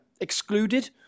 excluded